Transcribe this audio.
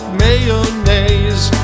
mayonnaise